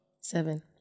Seven